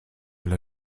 l’a